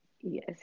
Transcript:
Yes